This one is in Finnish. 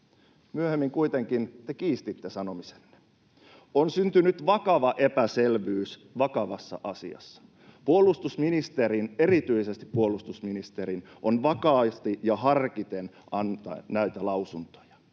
Myöhemmin kuitenkin te kiistitte sanomisenne. On syntynyt vakava epäselvyys vakavassa asiassa. Puolustusministerin, erityisesti puolustusministerin, on vakaasti ja harkiten annettava näitä lausuntoja.